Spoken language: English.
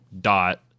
dot